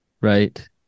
right